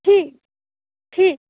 ठीक ठीक